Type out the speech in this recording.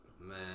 Man